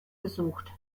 gesucht